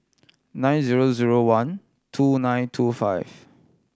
nine zero zero one two nine two five